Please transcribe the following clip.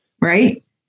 right